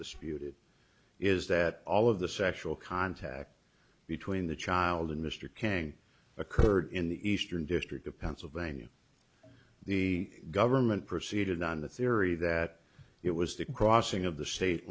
it is that all of the sexual contact between the child and mr cain occurred in the eastern district of pennsylvania the government proceeded on the theory that it was the crossing of the state